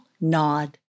nod